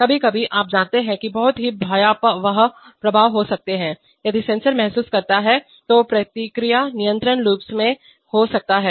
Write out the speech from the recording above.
कभी कभी आप जानते हैं कि बहुत ही भयावह प्रभाव हो सकते हैं यदि सेंसर महसूस करता है तो प्रतिक्रिया नियंत्रण लूप्स में हो सकता है